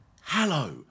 Hello